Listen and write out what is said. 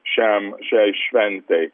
šiam šiai šventei